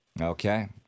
Okay